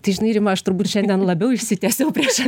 tai žinai rima aš turbūt šiandien labiau išsitiesiau prieš